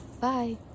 Bye